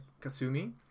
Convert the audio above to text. Kasumi